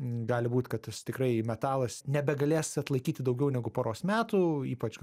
gali būt kad tas tikrai metalas nebegalės atlaikyti daugiau negu poros metų ypač